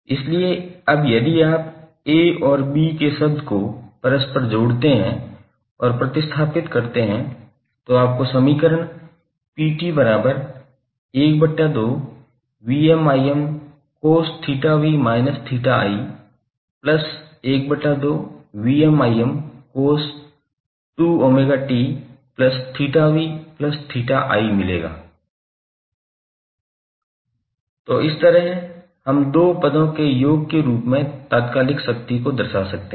इसलिए अब यदि आप A और B के शब्द को परस्पर जोड़ते और प्रतिस्थापित करते हैं तो आपको समीकरण 𝑝𝑡12cos𝜃𝑣−𝜃𝑖12cos2𝜔𝑡𝜃𝑣𝜃𝑖 मिलेगा तो इस तरह हम दो पदों के योग के रूप में तात्कालिक शक्ति को दर्शा सकते हैं